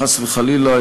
חס וחלילה,